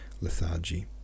lethargy